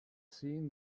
seen